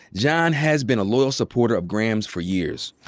john has been a loyal supporter of graham's for years.